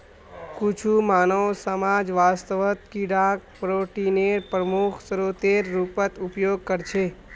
कुछु मानव समाज वास्तवत कीडाक प्रोटीनेर प्रमुख स्रोतेर रूपत उपयोग करछे